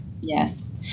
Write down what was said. Yes